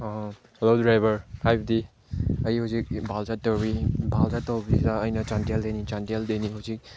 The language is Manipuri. ꯍꯜꯂꯣ ꯗ꯭ꯔꯥꯏꯕꯔ ꯍꯥꯏꯕꯗꯤ ꯑꯩ ꯍꯧꯖꯤꯛ ꯏꯝꯐꯥꯜ ꯆꯠꯇꯧꯔꯤ ꯏꯝꯐꯥꯜ ꯆꯠꯇꯧꯕꯁꯤꯗ ꯑꯩꯅ ꯆꯥꯟꯗꯦꯜꯗꯒꯤꯅꯤ ꯆꯥꯟꯗꯦꯜꯗꯒꯤꯅꯤ ꯍꯧꯖꯤꯛ